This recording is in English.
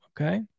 Okay